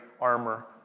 armor